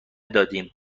دادیم